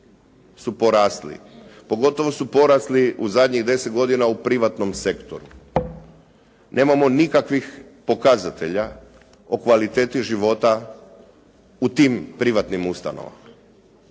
su porasli, pogotovo su porasli u zadnjih deset godina u privatnom sektoru. Nemamo nikakvih pokazatelja o kvaliteti života u tim privatnim ustanovama.